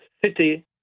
city